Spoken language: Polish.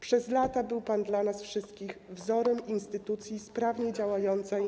Przez lata był pan dla nas wszystkich wzorem instytucji sprawnie działającej.